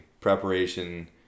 preparation